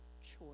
choice